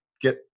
get